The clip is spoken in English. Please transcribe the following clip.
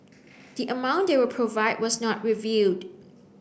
the amount they will provide was not revealed